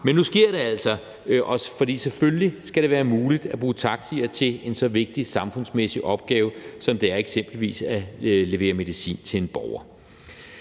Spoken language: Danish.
men nu sker det altså, for selvfølgelig skal det være muligt at bruge taxier til en så vigtig samfundsmæssig opgave, som det eksempelvis er at levere medicin til en borger.